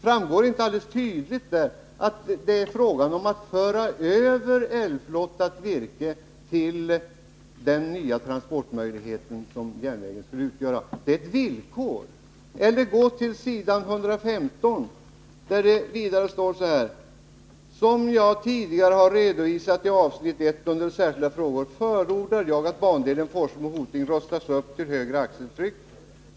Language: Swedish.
Framgår det inte alldeles tydligt att det är fråga om att föra över älvflottat virke till den nya transportmöjlighet som järnvägen skulle utgöra. Det är ju t.o.m. ett villkor. Man kan också gå till s. 115, där det står: ”Som jag tidigare har redovisat i avsnitt 1 under särskilda frågor förordar jag att bandelen Forsmo-Hoting rustas upp till högre axeltryck.